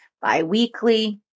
bi-weekly